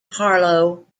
harlow